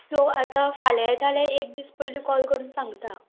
so आतां फाल्यां येता जाल्यार एक दीस पयलीं कॉल करून सांगता